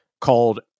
called